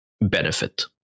benefit